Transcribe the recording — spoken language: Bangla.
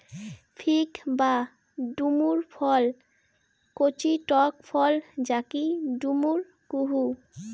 ফিগ বা ডুমুর ফল কচি টক ফল যাকি ডুমুর কুহু